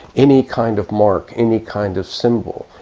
any kind of mark, any kind of symbol,